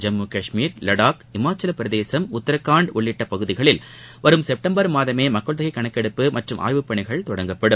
ஜம்மு காஷ்மீர் வடாக் இமாச்சலப்பிரதேசம் உத்தரகாண்ட் உள்ளிட்ட பகுதிகளில் வரும் செப்டம்பர் மாதமே மக்கள் தொகை கணக்கெடுப்பு மற்றும் ஆய்வுப் பணிகள் தொடங்கப்படும்